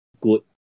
good